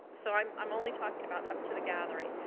so i'm i'm only talking about up to the gathering.